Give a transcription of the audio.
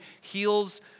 heals